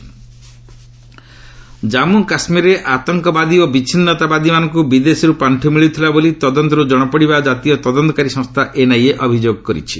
NIA ଜନ୍ମ କାଶ୍ୱୀରରେ ଆତଙ୍କବାଦୀ ଓ ବିଚ୍ଛିନ୍ତାବାଦୀମାନଙ୍କ ବିଦେଶର୍ ପାଖି ମିଳୁଥିଲା ବୋଲି ତଦନ୍ତରୁ ଜଣାପଡ଼ିଥିବା ଜାତୀୟ ତଦନ୍ତକାରୀ ସଂସ୍ଥା ଏନ୍ଆଇଏ ଅଭିଯୋଗ କରିଛି